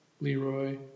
Leroy